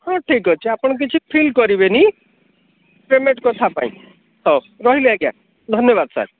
ହଁ ଠିକ ଅଛି ଆପଣ କିଛି ଫିଲ୍ କରିବେନି ପେମେଣ୍ଟ କଥା ପାଇଁ ହଉ ରହିଲି ଆଜ୍ଞା ଧନ୍ୟବାଦ ସାର